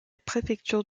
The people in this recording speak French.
préfecture